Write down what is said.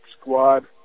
squad